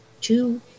two